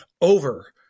over